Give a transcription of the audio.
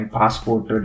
passport